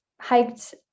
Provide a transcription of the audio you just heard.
hiked